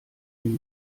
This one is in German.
lüge